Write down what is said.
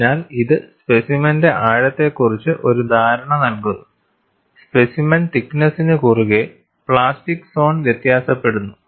അതിനാൽ ഇത് സ്പെസിമെന്റെ ആഴത്തെക്കുറിച്ച് ഒരു ധാരണ നൽകുന്നു സ്പെസിമെൻ തിക്നെസ്സ്നു കുറുകെ പ്ലാസ്റ്റിക് സോൺ വ്യത്യാസപ്പെടുന്നു